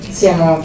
siamo